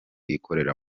ikorera